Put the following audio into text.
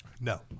No